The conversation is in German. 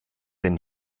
denn